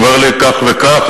ואומר לי כך וכך,